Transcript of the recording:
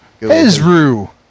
Ezru